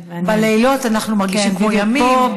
בלילות אנחנו מרגישים כמו ימים.